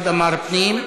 אחד אמר פנים,